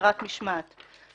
עבירת משמעת).